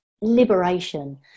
liberation